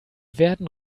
werden